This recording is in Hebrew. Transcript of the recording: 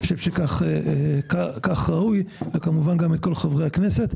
אני חושב שכך ראוי וכמובן גם את כל חברי הכנסת.